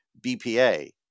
BPA